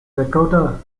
dakota